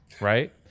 right